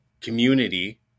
community